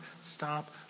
stop